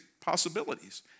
possibilities